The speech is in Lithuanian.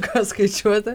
ką skaičiuoti